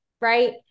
right